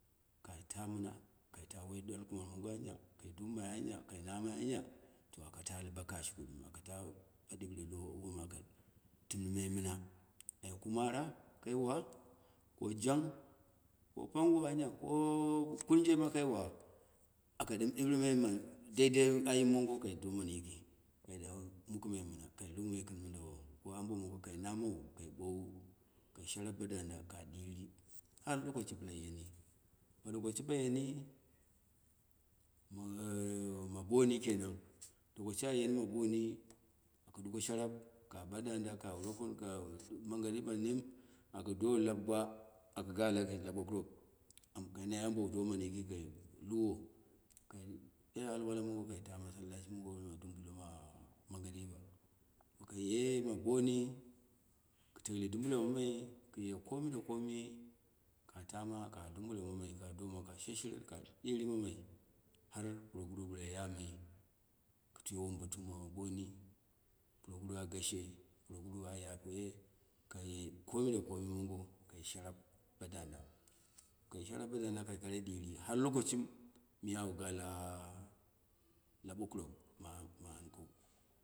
Kai to mɨma kai ta wai ɗwalkumar mongo anya kai dummai anya, kai namai anya, to akata ba kashiku ɗɨm, aka ta bo ɗure to wom aka tim nɨmai mɨna, ai kumo ara kai wa, ko jang, ko pango anya, ko kurje ma kai wa, aka ɗɨm dirima ma dei dei ayim mongo, kai domanu yiki, kai ta muku mɨna, ka lumai kɨn mɨndawo ko abo mongo kai na mawu kai bawu kai sharap bo dauda la diri har lokaci bɨla yeni, ba lociba yeni ma bomi keno, lokaci a yeni ma boni, ka duko shara ka bo dan da ka ropom, ka mangariba nem, ake do lap gwa, ku galaki la bokurola, ka nai abo domanu yiki kai luwo, kai ye alwala mongo kai ta masalci mongo ma dubalo ma mangariba, boka ye ma boni, kɨ teile dubulo maimai kuye komi da komi ka tama ka dumbulo mamai ka doma ka shehi ren ka ɗɨri manai har puroguru bɨra yamai ku kwai wombatuma ma boni, porugur a gashe, puroguru a yapeye, kaye komida komi mongo kai sharap ba dauda, kai sharap ba dauda kai kora dɨri har lokashim miya au ga la hokurok ma ma amna.